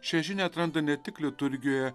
šią žinią atranda ne tik liturgijoje